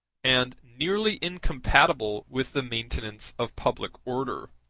and nearly incompatible with the maintenance of public order.